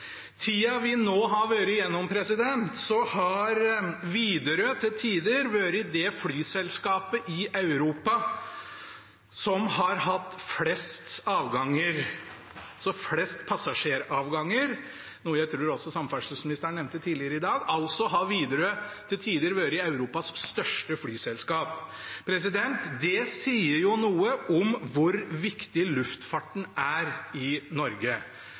tida vi nå har vært igjennom, har Widerøe til tider vært det flyselskapet i Europa som har hatt flest passasjeravganger, noe jeg tror også samferdselsministeren nevnte tidligere i dag. Widerøe har nå altså til tider vært Europas største flyselskap. Det sier noe om hvor viktig luftfarten er i Norge.